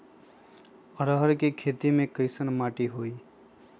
अरहर के खेती मे कैसन मिट्टी होइ?